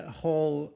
whole